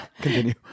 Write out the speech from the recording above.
Continue